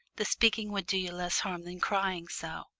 the speaking would do you less harm than crying so.